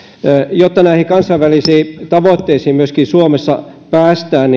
jotta näihin kansainvälisiin tavoitteisiin myöskin suomessa päästään